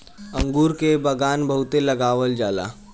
अंगूर के बगान बहुते लगावल जाला